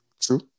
true